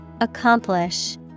Accomplish